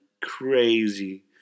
crazy